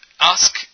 ask